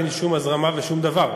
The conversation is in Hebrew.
אין שום הזרמה ושום דבר.